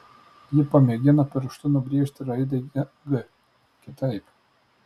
ji pamėgina pirštu nubrėžti raidę g kitaip